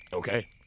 Okay